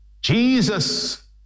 Jesus